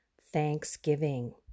thanksgiving